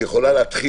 שיכולה להתחיל,